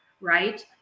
right